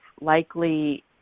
likely